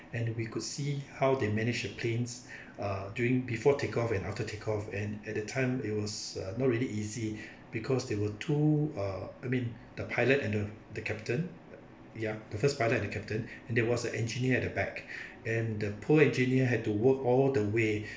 and we could see how they managed the planes uh during before take off and after take off and at that time it was not really easy because there were two uh I mean the pilot and the the captain ya the first pilot and the captain and there was an engineer at the back and the poor engineer had to work all the way